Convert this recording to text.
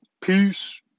Peace